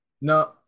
No